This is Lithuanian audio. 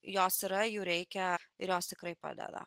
jos yra jų reikia ir jos tikrai padeda